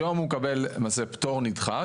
היום הוא מקבל למעשה פטור נדחה.